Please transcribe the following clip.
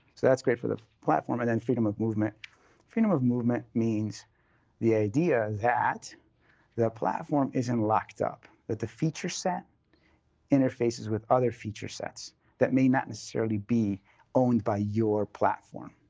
so that's great for the platform. and then freedom of movement freedom of movement means the idea that the platform isn't locked up, that the feature set interfaces with other feature sets that may not necessarily be owned by your platform,